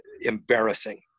embarrassing